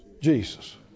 Jesus